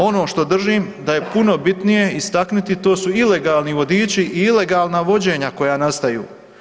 Ono što držim da je puno bitnije istaknuti to su ilegalni vodiči i ilegalna vođenja koja nastaju.